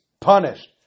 punished